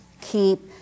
keep